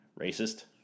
racist